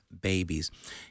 babies